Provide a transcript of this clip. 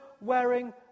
wearing